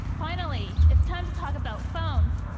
finally, it's time to talk about phones!